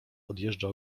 odjeżdża